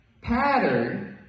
pattern